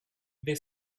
they